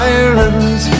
Ireland